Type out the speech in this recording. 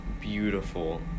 beautiful